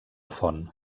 font